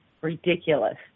ridiculous